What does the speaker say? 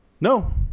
No